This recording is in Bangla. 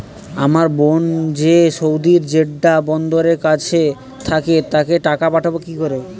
আমার বোন যে সৌদির জেড্ডা বন্দরের কাছে থাকে তাকে টাকা পাঠাবো কি করে?